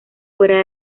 fuera